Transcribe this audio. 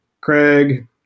Craig